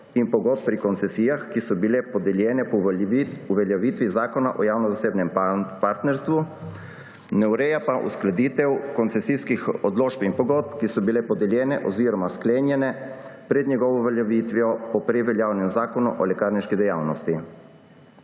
in pogodb pri koncesijah, ki so bile podeljene po uveljavitvi Zakona o javno-zasebnem partnerstvu, ne ureja pa uskladitev koncesijskih odločb in pogodb, ki so bile podeljene oziroma sklenjene pred njegovo uveljavitvijo po prej veljavnem Zakonu o lekarniški dejavnosti.